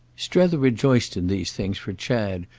strether rejoiced in these things for chad,